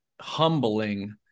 humbling